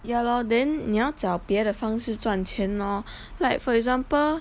ya lor then 你要找别的方式赚钱 lor like for example